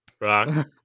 Rock